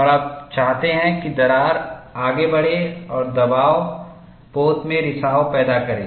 और आप चाहते हैं कि दरार आगे बढ़े और दबाव पोत में रिसाव पैदा करे